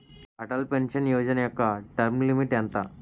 Atal pension Yojana యెక్క term limit ఎంత?